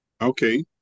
Okay